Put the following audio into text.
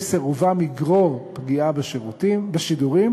אם סירובם יגרור פגיעה בשידורים,